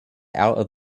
out